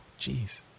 Jeez